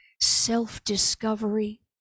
self-discovery